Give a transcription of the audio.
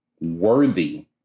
worthy